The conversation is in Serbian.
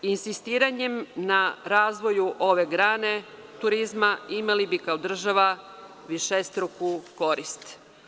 Insistiranjem na razvoju ove grane turizma imali bi kao država višestruku korist.